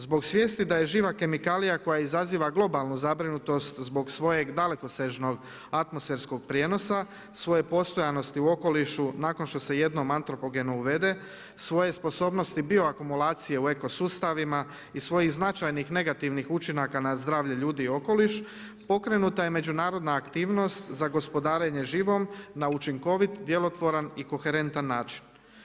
Zbog svijesti da je živa kemikalija koja izaziva globalnu zabrinutost zbog svojeg dalekosežnog atmosferskog prijenosa svoje postojanosti u okolišu nakon što se jednom antropogenu uvede, svoje sposobnosti bioakumulacije u eko sustavima i svojih značajnih negativnih učinaka na zdravlje ljudi i okoliš, pokrenuta je međunarodna aktivnost za gospodarenje živom na učinkovit djelotvoran i koherentan način.